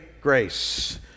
Grace